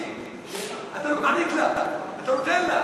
אתה מעניק לה, אתה נותן לה.